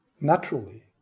Naturally